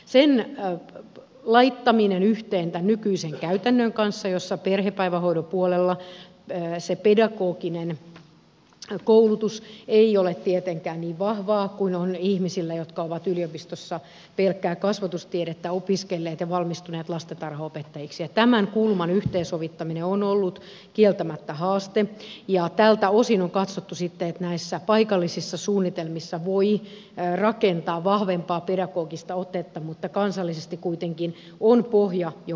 sen laittaminen yhteen tämän nykyisen käytännön kanssa jossa perhepäivähoidon puolella se pedagoginen koulutus ei ole tietenkään niin vahvaa kuin ihmisillä jotka ovat yliopistossa pelkkää kasvatustiedettä opiskelleet ja valmistuneet lastentarhanopettajiksi tämän kulman yhteensovittaminen on ollut kieltämättä haaste ja tältä osin on katsottu sitten että näissä paikallisissa suunnitelmissa voi rakentaa vahvempaa pedagogista otetta mutta kansallisesti kuitenkin on pohja joka pitää